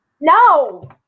No